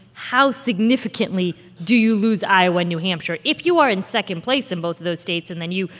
how significantly do you lose iowa and new hampshire? if you are in second place in both of those states and then you,